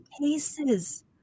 cases